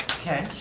okay,